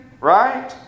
right